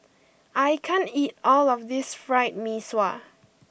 I can't eat all of this Fried Mee Sua